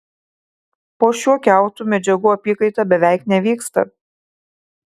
po šiuo kiautu medžiagų apykaita beveik nevyksta